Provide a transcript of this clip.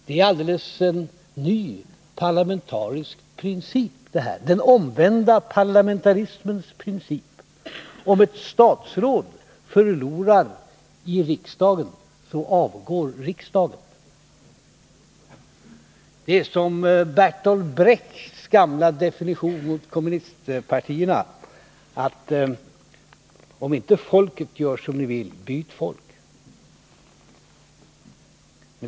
Det är en alldeles ny parlamentarisk princip, den omvända parlamentarismens princip: om ett statsråd förlorar i riksdagen, avgår riksdagen! Det liknar Bertolt Brechts rekommendation till kommunistpartierna: Om inte folket gör som ni vill — byt folk!